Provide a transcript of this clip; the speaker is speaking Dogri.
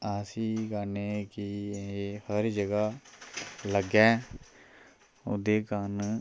असीं कन्नै केह् एह् हर जगह लग्गै ओह्दे कारण